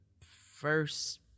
first